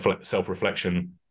self-reflection